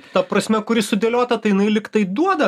ta prasme kuri sudėliota tai jinai lygtai duoda